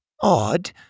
Odd